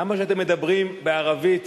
למה כשאתם מדברים בערבית